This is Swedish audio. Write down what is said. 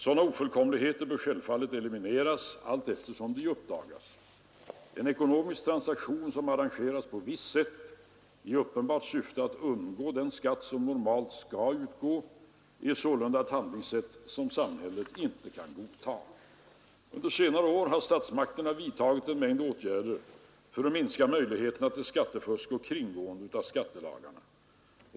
Sådana ofullkomligheter bör självfallet elimineras vartefter de uppdagas. En ekonomisk transaktion som arrangeras på visst sätt i uppenbart syfte att undgå den skatt som normalt skulle ha utgått är sålunda ett handlingssätt som samhället inte kan godta. Under senare år har statsmakterna vidtagit en mängd åtgärder för att minska möjligheterna till skattefusk och kringgående av skattelagarna.